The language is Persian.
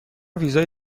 ویزای